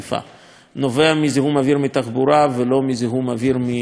מזיהום אוויר מתחבורה ולא מזיהום אוויר מתעשייה.